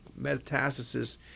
metastasis